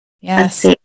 Yes